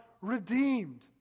redeemed